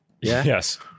Yes